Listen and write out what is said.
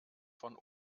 von